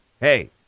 hey